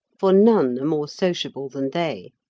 for none are more sociable than they.